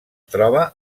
troba